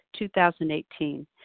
2018